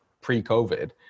pre-covid